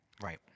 Right